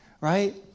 right